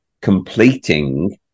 completing